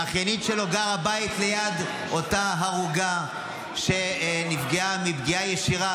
והאחיינית שלו גרה בית ליד אותה הרוגה שנפגעה מפגיעה ישירה,